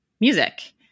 music